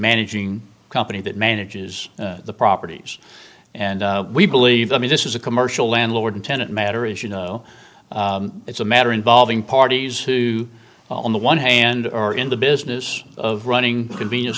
managing company that manages the properties and we believe i mean this is a commercial landlord and tenant matter is you know it's a matter involving parties who on the one hand or in the business of running a convenience